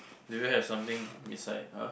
do you have something beside her